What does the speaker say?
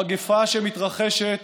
המגפה שמתרחשת